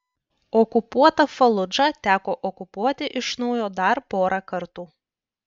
okupuotą faludžą teko okupuoti iš naujo dar porą kartų